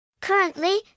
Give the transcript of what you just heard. Currently